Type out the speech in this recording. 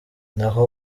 naho